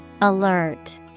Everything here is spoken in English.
Alert